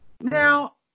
now